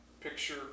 Picture